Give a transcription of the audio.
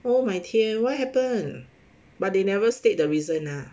oh my 天 what happen but they never state the reason lah